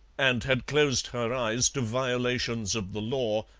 and had closed her eyes to violations of the law,